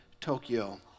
Tokyo